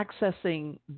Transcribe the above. accessing